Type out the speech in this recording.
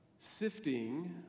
Sifting